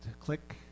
Click